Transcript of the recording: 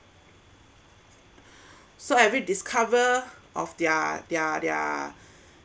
so every discover of their their their